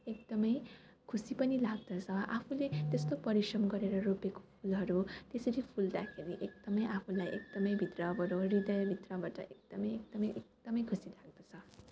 एकदम खुसी पनि लाग्दछ आफूले त्यस्तो परिश्रम गरेर रोपेको फुलहरू त्यसरी फुल्दाखेरि एकदम आफूलाई एकदम भित्रबाट हृदयभित्रबाट एकदम एकदम एकदम खुसी लाग्दछ